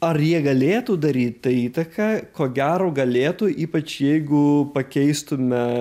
ar jie galėtų daryt tą įtaką ko gero galėtų ypač jeigu pakeistume